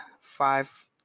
five